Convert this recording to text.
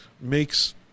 makes